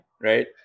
right